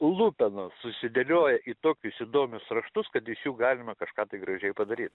lupenos susidėlioja į tokius įdomius raštus kad iš jų galima kažką tai gražiai padaryt